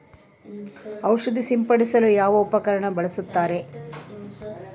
ಔಷಧಿ ಸಿಂಪಡಿಸಲು ಯಾವ ಉಪಕರಣ ಬಳಸುತ್ತಾರೆ?